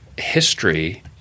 History